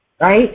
Right